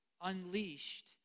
unleashed